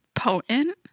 Potent